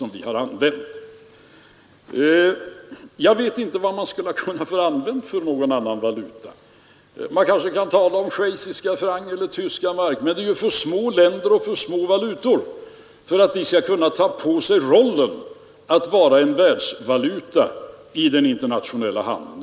Jag vet inte vilken annan valuta man skulle kunnat använda; schweiziska francs eller tyska mark är för små valutor för att kunna överta rollen som reservvaluta i den internationella handeln.